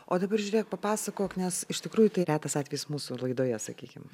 o dabar žiūrėk papasakok nes iš tikrųjų tai retas atvejis mūsų laidoje sakykim